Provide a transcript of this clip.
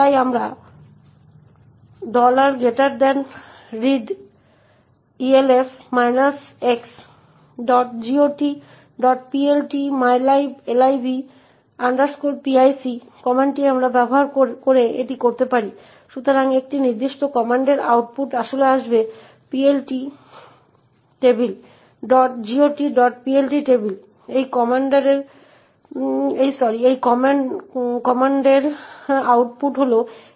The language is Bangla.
তাই প্রথম জিনিসটি আপনি লক্ষ্য করবেন যে রিটার্ন এড্রেসে 0804850C এখানে উপস্থিত রয়েছে এবং এর এড্রেস ব্যবহারকারী স্ট্রিং যা ffffcf48 এর আগে 1 হয়